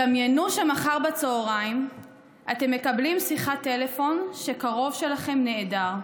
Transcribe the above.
דמיינו שמחר בצוהריים אתם מקבלים שיחת טלפון שקרוב שלכם נעדר.